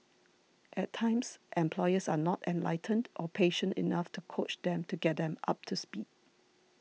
at times employers are not enlightened or patient enough to coach them to get them up to speed